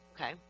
okay